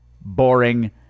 boring